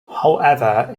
however